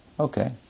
Okay